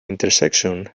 intersection